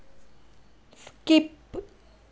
skip